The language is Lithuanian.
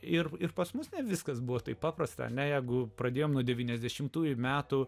ir ir pas mus ne viskas buvo taip paprasta negu pradėjome nuo devyniasdešimtųjų metų